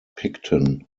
picton